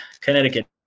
Connecticut